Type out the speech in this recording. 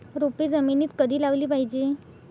रोपे जमिनीत कधी लावली पाहिजे?